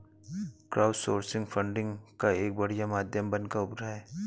crowdsourcing funding का एक बढ़िया माध्यम बनकर उभरा है